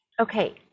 okay